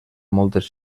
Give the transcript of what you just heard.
moltes